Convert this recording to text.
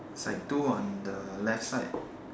it's like two on the left side